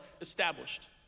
established